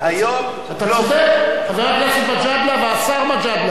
אתה צודק, חבר הכנסת מג'אדלה והשר מג'אדלה.